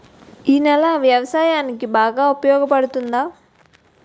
ఈ నేల వ్యవసాయానికి బాగా ఉపయోగపడుతుందా?